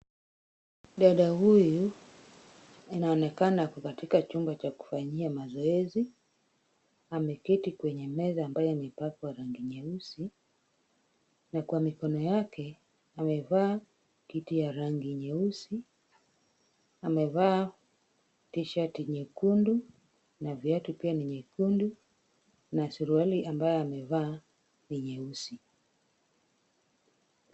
Dada huyu anaonekana ako katika chumba cha kufanyia mazoezi, ameketi kwenye meza ambayo imepakwa rangi nyeusi, na kwa mikono yake amevaa kitu ya rangi nyeusi, amevaa t-shirt nyekundu, na viatu pia ni nyekundu, na suruali ambayo amevaa ni nyeusi.